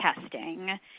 testing